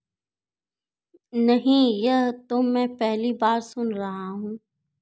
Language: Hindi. नहीं यह तो मैं पहली बार सुन रहा हूँ